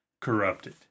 corrupted